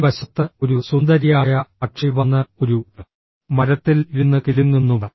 ഈ വശത്ത് ഒരു സുന്ദരിയായ പക്ഷി വന്ന് ഒരു മരത്തിൽ ഇരുന്ന് കിലുങ്ങുന്നു